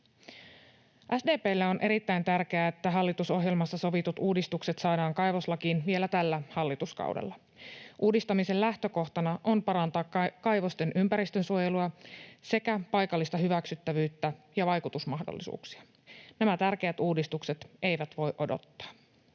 SDP:lle on erittäin tärkeää, että hallitusohjelmassa sovitut uudistukset saadaan kaivoslakiin vielä tällä hallituskaudella. Uudistamisen lähtökohtana on parantaa kaivosten ympäristönsuojelua sekä paikallista hyväksyttävyyttä ja vaikutusmahdollisuuksia. Nämä tärkeät uudistukset eivät voi odottaa.